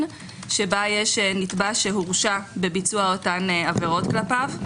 שבה יש נתבע שהורשע בביצוע אותן עבירות כלפיו.